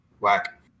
whack